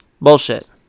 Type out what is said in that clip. Bullshit